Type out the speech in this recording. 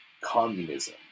communism